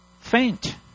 faint